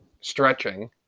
stretching